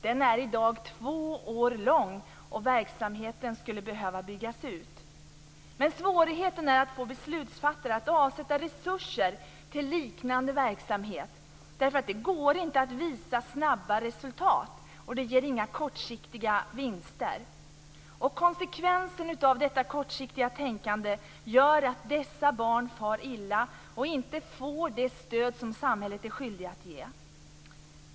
Den är i dag två år lång, och verksamheten skulle behöva byggas ut. Svårigheten är att få beslutsfattare att avsätta resurser till liknande verksamhet, för det går inte att visa snabba resultat. Det ger inga kortsiktiga vinster. Konsekvensen av detta kortsiktiga tänkande är att dessa barn far illa och inte får det stöd som samhället är skyldigt att ge.